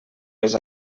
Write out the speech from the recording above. les